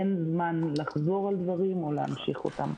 אין זמן לחזור על דברים או להמשיך אותם.